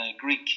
Greek